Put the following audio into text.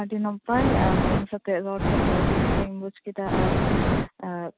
ᱟ ᱰᱤ ᱱᱟᱯᱟᱭ ᱟᱨ ᱟᱹᱵᱤᱱ ᱥᱟᱣᱛᱮ ᱨᱚᱲ ᱠᱟᱛᱮ ᱟᱹᱰᱤ ᱱᱟᱯᱟᱭᱤᱧ ᱵᱩᱡᱷ ᱠᱮᱫᱟ ᱟᱨ ᱮᱸᱻ